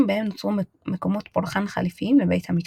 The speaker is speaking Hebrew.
בהם נוצרו מקומות פולחן חליפיים לבית המקדש.